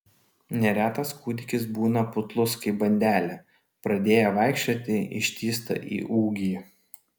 neretas kūdikis būna putlus kaip bandelė pradėję vaikščioti ištįsta į ūgį